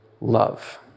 love